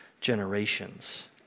generations